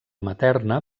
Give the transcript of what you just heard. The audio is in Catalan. materna